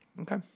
Okay